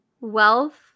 Wealth